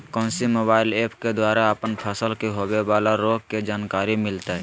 कौन सी mobile app के द्वारा अपन फसल के होबे बाला रोग के जानकारी मिलताय?